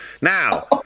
Now